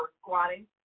squatting